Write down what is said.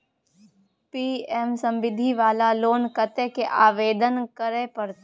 PM Svanidhi वाला loan कत्ते से आवेदन करे परतै?